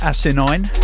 Asinine